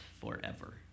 forever